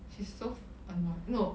she's so annoyi~ no